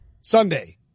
sunday